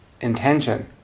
intention